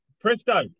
Presto